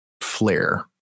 flare